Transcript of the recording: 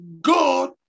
God